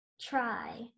try